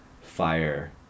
fire